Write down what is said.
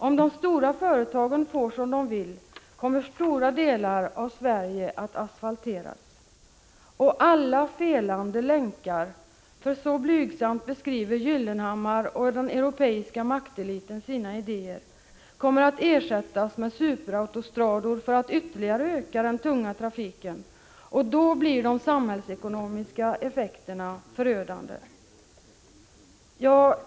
Om de stora företagen får som de vill kommer stora delar av Sverige att asfalteras. Alla ”felande länkar” kommer att ersättas med superautostrador — så blygsamt beskriver Gyllenhammar och den europeiska makteliten sina idéer — för att man ytterligare skall kunna öka den tunga trafiken. Då blir de samhällsekonomiska effekterna förödande.